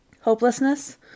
hopelessness